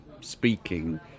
speaking